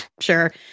Sure